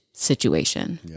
situation